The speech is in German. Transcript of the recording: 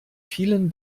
vielen